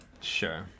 Sure